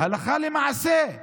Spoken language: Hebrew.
"להלכה ולמעשה"